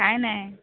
काय नाही